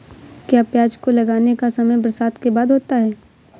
क्या प्याज को लगाने का समय बरसात के बाद होता है?